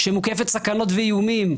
שמוקפת סכנות ואיומים,